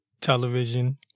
television